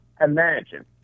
imagine